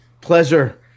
pleasure